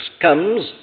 comes